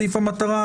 סעיף המטרה,